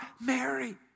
Mary